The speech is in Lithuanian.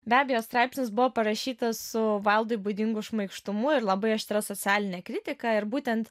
be abejo straipsnis buvo parašytas su vaildui būdingu šmaikštumu ir labai aštria socialine kritika ir būtent